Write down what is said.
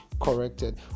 corrected